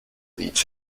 each